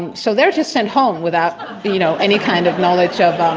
and so they are just sent home without you know any kind of knowledge of. um